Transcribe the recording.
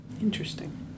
Interesting